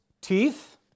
teeth